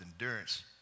endurance